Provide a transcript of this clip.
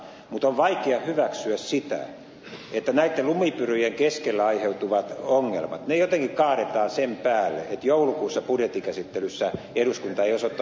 mutta on vaikea hyväksyä sitä että näitten lumipyryjen keskellä aiheutuvat ongelmat jotenkin kaadetaan sen päälle että joulukuussa budjettikäsittelyssä eduskunta ei osoittanut rahaa